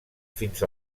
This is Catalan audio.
fins